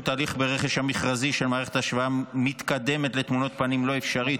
תהליך ברכש המכרזי של מערכת השוואה מתקדמת לתמונת פנים לא אפשרית,